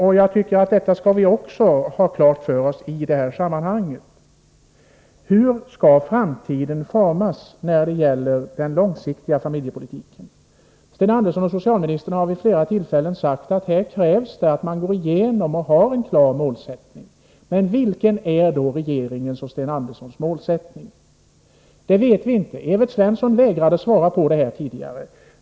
En sak som vi bör göra klart för oss i detta sammanhang är hur den långsiktiga familjepolitiken skall utformas. Socialminister Sten Andersson har vid flera tillfällen sagt att det krävs att man går igenom dessa frågor och får en klar målsättning. Men vilken är då regeringens och Sten Anderssons målsättning? Det vet vi inte. Evert Svensson vägrade tidigare att svara på den frågan.